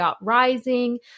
rising